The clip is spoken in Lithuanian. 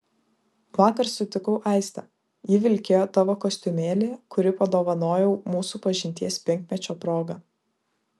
vakar sutikau aistę ji vilkėjo tavo kostiumėlį kurį padovanojau mūsų pažinties penkmečio proga